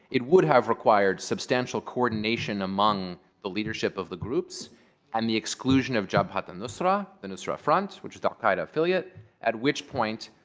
it would have required substantial coordination among the leadership of the groups and the exclusion of jabhat al-nusra, the nusra front, which is the al qaeda affiliate. at which point,